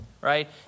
right